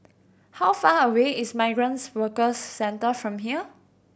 how far away is Migrants Workers Centre from here